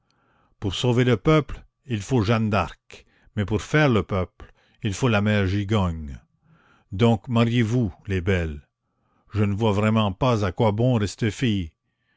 pour sauver le peuple il faut jeanne d'arc mais pour faire le peuple il faut la mère gigogne donc mariez-vous les belles je ne vois vraiment pas à quoi bon rester fille